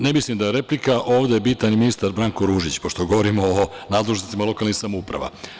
Ne mislim da je replika, ovde je bitan ministar Branko Ružić, pošto govorimo o nadležnostima lokalnih samouprava.